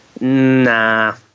Nah